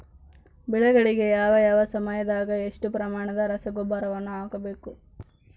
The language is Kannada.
ಬೆಳೆಗಳಿಗೆ ಯಾವ ಯಾವ ಸಮಯದಾಗ ಎಷ್ಟು ಪ್ರಮಾಣದ ರಸಗೊಬ್ಬರವನ್ನು ಹಾಕಬೇಕು?